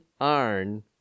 iron